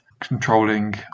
controlling